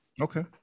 Okay